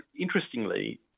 interestingly